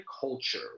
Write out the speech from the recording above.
culture